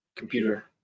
computer